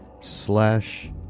slash